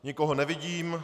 Nikoho nevidím.